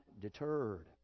deterred